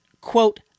quote